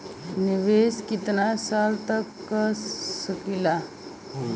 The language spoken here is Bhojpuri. निवेश कितना साल तक कर सकीला?